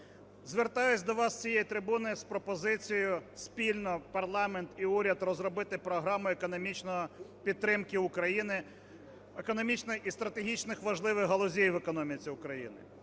Звертаюся до вас з цієї трибуни з пропозицією спільно, парламент і уряд, розробити програму економічної підтримки України, економічних і стратегічних важливих галузей в економіці України.